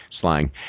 slang